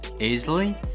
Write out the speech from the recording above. easily